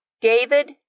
David